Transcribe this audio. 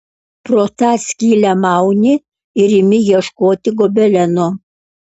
pro tą skylę mauni ir imi ieškoti gobeleno